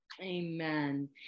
Amen